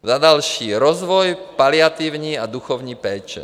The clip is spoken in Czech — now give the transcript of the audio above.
Za další rozvoj paliativní a duchovní péče.